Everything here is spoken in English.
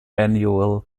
annual